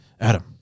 Adam